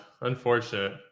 Unfortunate